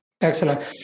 Excellent